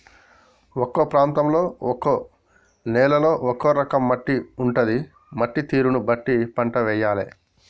ఒక్కో ప్రాంతంలో ఒక్కో నేలలో ఒక్కో రకం మట్టి ఉంటది, మట్టి తీరును బట్టి పంట వేయాలే